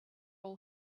all